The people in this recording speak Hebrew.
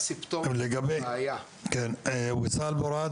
ויסאל רעד,